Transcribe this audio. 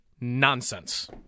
nonsense